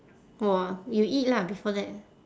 !wah! you eat lah before that